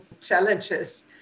challenges